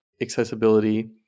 accessibility